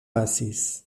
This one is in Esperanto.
pasis